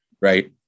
Right